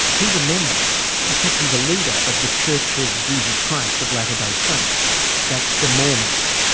he's a member in fact he's a leader of the church of jesus christ of latter day saints that's the mormons.